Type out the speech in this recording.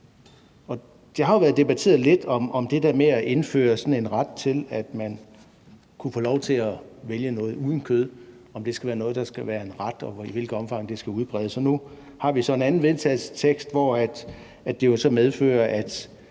Det har jo været debatteret lidt – det der med at indføre sådan en ret til, at man kunne få lov til at vælge noget uden kød – altså om det skal være noget, der er en ret, og i hvilket omfang det skal udbredes. Og nu har vi så en anden vedtagelsestekst, hvor det jo så medfører,